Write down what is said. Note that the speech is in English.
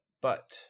but-